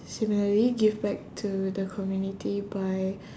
similarly give back to the community by